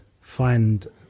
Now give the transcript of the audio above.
find